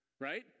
Right